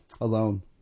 alone